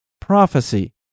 prophecy